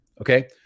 Okay